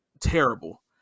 terrible